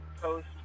post